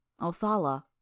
Othala